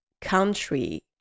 country